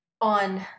on